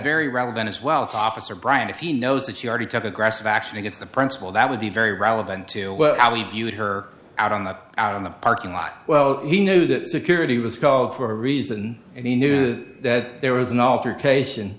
very relevant as well as officer brian if he knows that you already took aggressive action against the principal that would be very relevant to how he viewed her out on the out in the parking lot well he knew that security was called for a reason and he knew that there was an altercation